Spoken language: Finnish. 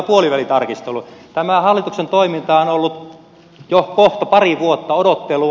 tämä hallituksen toiminta on ollut jo kohta pari vuotta odottelua